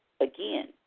again